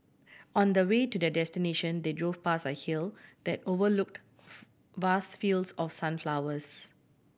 on the way to their destination they drove past a hill that overlooked vast fields of sunflowers